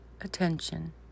attention